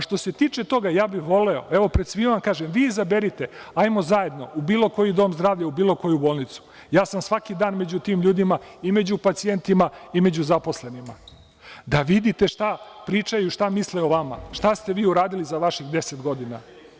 Što se tiče toga, ja bih voleo, evo pred svima vam kažem, vi izaberite, hajdemo zajedno u bilo koji dom zdravlja, u bilo koju bolnicu, ja sam svaki dan među tim ljudima i među pacijentima i među zaposlenima, da vidite šta pričaju, šta misle o vama, šta ste vi uradili za vaših deset godina.